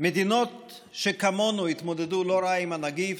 מדינות שכמונו התמודדו לא רע עם הנגיף,